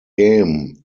game